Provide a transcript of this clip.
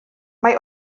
mae